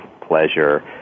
pleasure